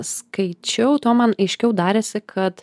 skaičiau tuo man aiškiau darėsi kad